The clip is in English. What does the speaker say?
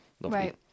right